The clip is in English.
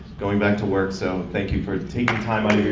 going back to work so thank you for taking time out of your